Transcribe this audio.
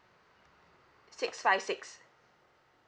six five six